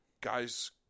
guys